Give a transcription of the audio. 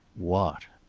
what?